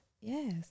Yes